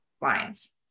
lines